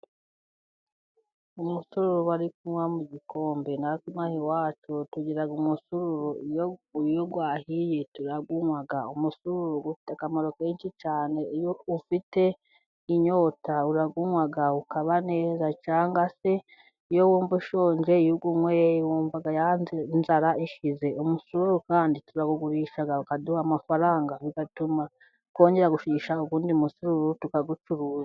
Umusururu bari kunywa mu gikombe, natwe ino aha iwacu tugira umusururu ,iyo wahiye turawunywa. Umusuru ufite akamaro kenshi cyane, iyo ufite inyota urawunywa ukaba neza ,cyangwa se iyo wumva ushonje iyo uwunyoye wumva ya nzara ishize, umusururu kandi turawugurisha ukaduha amafaranga, bigatuma twongera gushigisha undi musururu tukawucuruza.